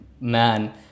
man